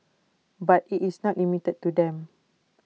but IT is not limited to them